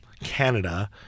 Canada